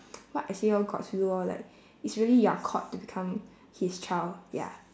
what I say lor god's will lor like it's really you are called to become his child ya